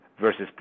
versus